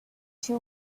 two